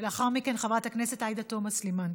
לאחר מכן, חברת הכנסת עאידה תומא סלימאן.